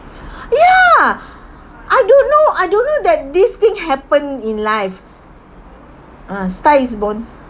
ya I don't know I don't know that this thing happen in life uh star is born